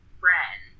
friend